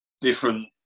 different